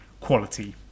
quality